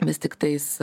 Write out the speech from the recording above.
vis tiktais